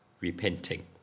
repenting